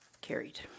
Carried